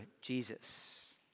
Jesus